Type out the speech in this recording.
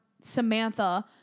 Samantha